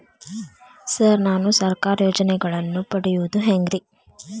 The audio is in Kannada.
ಸರ್ ನಾನು ಸರ್ಕಾರ ಯೋಜೆನೆಗಳನ್ನು ಪಡೆಯುವುದು ಹೆಂಗ್ರಿ?